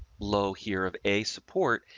low here of a support.